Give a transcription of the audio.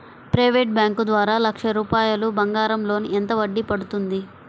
Private bank ద్వారా లక్ష రూపాయలు బంగారం లోన్ ఎంత వడ్డీ పడుతుంది?